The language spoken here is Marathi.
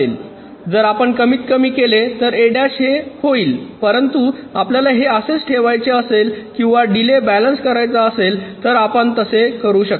जर आपण कमीतकमी केले तर हे होईल परंतु आपल्याला हे असेच ठेवायचे असेल किंवा डिले बॅलन्स करायचा असेल तर आपण तसे करू शकता